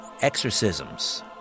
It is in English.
exorcisms